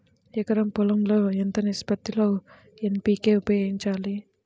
ఎకరం పొలం లో ఎంత నిష్పత్తి లో ఎన్.పీ.కే ఉపయోగించాలి?